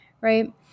Right